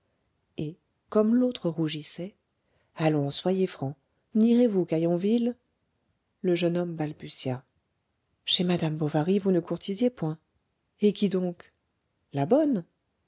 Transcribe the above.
et comme l'autre rougissait allons soyez franc nierez-vous qu'à yonville le jeune homme balbutia chez madame bovary vous ne courtisiez point et qui donc la bonne